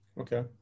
Okay